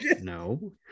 no